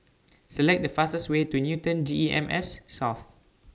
Select The fastest Way to Newton G E M S South